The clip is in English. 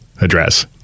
address